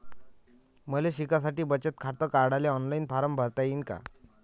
मले शिकासाठी बचत खात काढाले ऑनलाईन फारम भरता येईन का?